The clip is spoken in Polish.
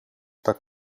tak